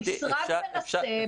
המשרד מנסה,